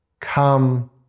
Come